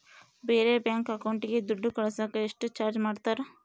ಬೇರೆ ಬ್ಯಾಂಕ್ ಅಕೌಂಟಿಗೆ ದುಡ್ಡು ಕಳಸಾಕ ಎಷ್ಟು ಚಾರ್ಜ್ ಮಾಡತಾರ?